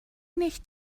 nicht